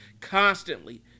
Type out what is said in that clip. constantly